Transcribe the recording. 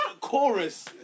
chorus